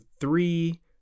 three